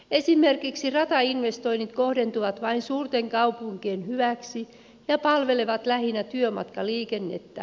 esimerkiksi ratainvestoinnit kohdentuvat vain suurten kaupunkien hyväksi ja palvelevat lähinnä työmatkaliikennettä